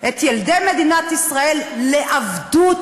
את ילדי מדינת ישראל לעבדות